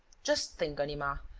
just think, ganimard,